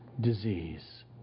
disease